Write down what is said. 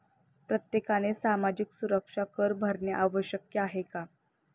प्रत्येकाने सामाजिक सुरक्षा कर भरणे आवश्यक आहे का?